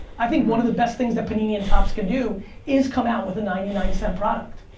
i think one of the best things that panini and topps can do is come out with a ninety nine cent product.